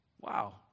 Wow